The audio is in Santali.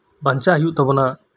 ᱵᱟᱧᱪᱟᱜ ᱦᱩᱭᱩᱜ ᱛᱟᱵᱚᱱᱟ